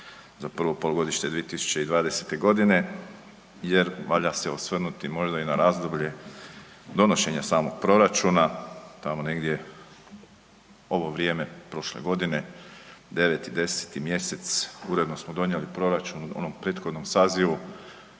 za prvo polugodište 2020. g. jer valja se osvrnuti možda i na razdoblje donošenja samog proračuna, tamo negdje ovo vrijeme prošle godine, 9., 10. mjesec, uredno smo donijeli proračun u onom prethodnom sazivu